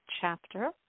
chapter